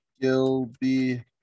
Gilby